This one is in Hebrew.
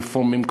רפורמים,